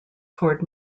toward